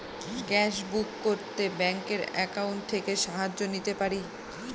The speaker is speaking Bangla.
গ্যাসবুক করতে ব্যাংকের অ্যাকাউন্ট থেকে সাহায্য নিতে পারি?